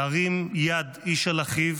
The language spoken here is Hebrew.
להרים יד איש על אחיו,